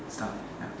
it's tough ya